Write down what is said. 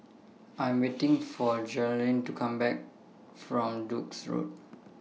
I Am waiting For Jeraldine to Come Back from Duke's Road